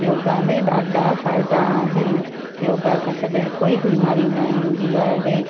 योगा में ॾाढा फ़ाइदा आहिनि योगा सां कॾहिं कोई बीमारी न ईंदी आहे